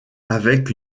avec